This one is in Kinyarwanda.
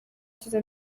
cyiza